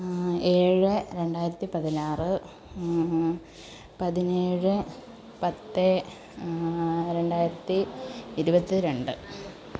ഏഴ് രണ്ടായിരത്തി പതിനാറ് പതിനേഴ് പത്ത് രണ്ടായിരത്തി ഇരുപത്തി രണ്ട്